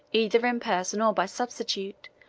either in person or by substitute,